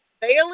Bailey